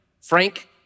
Frank